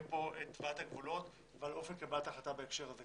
פה את ועדת הגבולות ועל אופן קבלת ההחלטה בהקשר הזה.